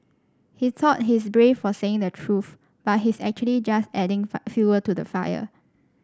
he thought he's brave for saying the truth but he's actually just adding fuel to the fire